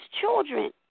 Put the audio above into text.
children